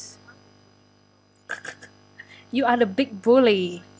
you are the big bully